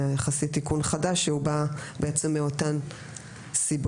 זה יחסית תיקון חדש שבא מאותן סיבות.